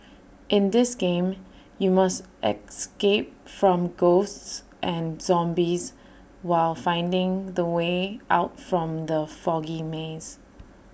in this game you must escape from ghosts and zombies while finding the way out from the foggy maze